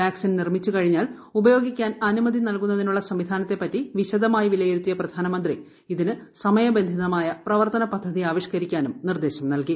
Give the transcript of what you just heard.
vaccine നിർമ്മിച്ചു കഴിഞ്ഞാൽ ഉപയോഗിക്കാൻ അനുമതി നൽകുന്നതിനുള്ള സംവിധാനത്തെ പറ്റി വിശദമായി വിലയിരുത്തിയ പ്രധാനമന്ത്രി ഇതിന് സമയബന്ധിതമായ പ്രവർത്തന പദ്ധതി ആവിഷ്കരിക്കാൻ നിർദേശം നൽകി